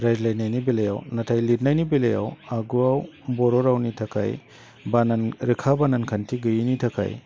रायज्लायनायनि बेलायाव नाथाय लिरनायनि बेलायाव आगुआव बर' रावनि थाखाय बानान रोखा बानान खान्थि गैयैनि थाखाय